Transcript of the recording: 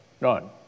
none